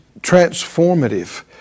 transformative